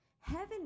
heaven